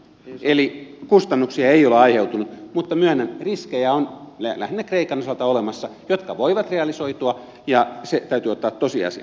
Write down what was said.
eli kustannuksia ei ole aiheutunut mutta myönnän että on olemassa riskejä lähinnä kreikan osalta jotka voivat realisoitua ja se täytyy ottaa tosiasiana